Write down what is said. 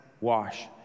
wash